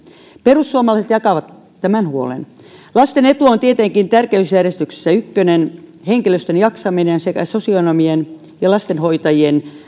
perussuomalaiset jakavat tämän huolen lasten etu on tietenkin tärkeysjärjestyksessä ykkönen henkilöstön jaksaminen sekä sosionomien ja lastenhoitajien